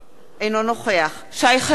אינו נוכח שי חרמש,